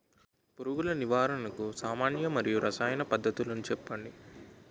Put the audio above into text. పురుగుల నివారణకు సామాన్య మరియు రసాయన పద్దతులను చెప్పండి?